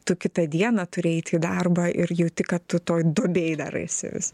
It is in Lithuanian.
tu kitą dieną turi eiti į darbą ir jauti kad tu toj duobėj dar esi vis